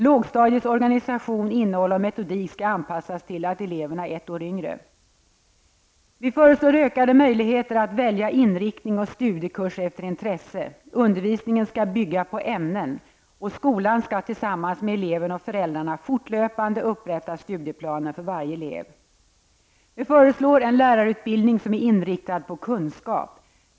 Lågstadiets organisation, innehåll och metodik skall anpassas till att eleverna är ett år yngre. Vi föreslår ökade möjligheter att välja inriktning och studiekurs efter intresse. Undervisningen skall bygga på ämnen. Skolan skall tillsammans med eleven och föräldrarna fortlöpande upprätta studieplaner för varje elev. Vi föreslår en lärarutbildning inriktad på kunskap.